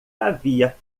havia